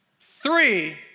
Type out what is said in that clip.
three